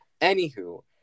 Anywho